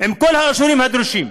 עם כל האישורים הדרושים.